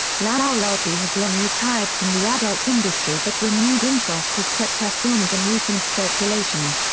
laolagi has long retired from the adult industry but renewed interest have kept her films in recent circulation.